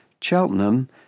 Cheltenham